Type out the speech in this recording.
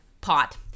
pot